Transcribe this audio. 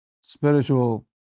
Spiritual